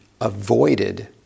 avoided